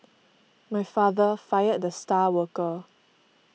my father fired the star worker